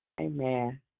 Amen